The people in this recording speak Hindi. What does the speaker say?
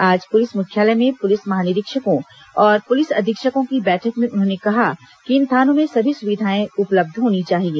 आज पुलिस मुख्यालय में पुलिस महानिरीक्षकों और पुलिस अधीक्षकों की बैठक में उन्होंने कहा कि इन थानों में सभी सुविधाएं उपलब्ध होनी चाहिए